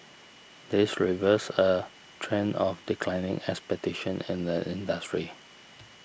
this reverses a trend of declining expectations in the industry